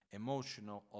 emotional